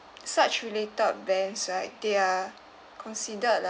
such related banks right they are considered